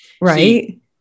Right